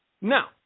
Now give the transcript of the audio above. Now